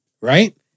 Right